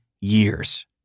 years